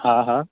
હા હા